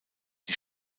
die